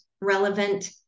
relevant